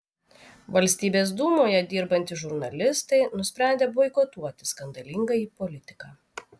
valstybės dūmoje dirbantys žurnalistai nusprendė boikotuoti skandalingąjį politiką